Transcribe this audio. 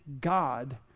God